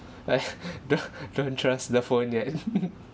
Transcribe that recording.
I don't don't trust the phone yet